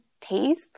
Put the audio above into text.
taste